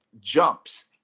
jumps